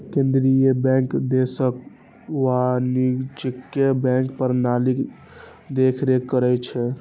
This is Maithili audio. केंद्रीय बैंक देशक वाणिज्यिक बैंकिंग प्रणालीक देखरेख करै छै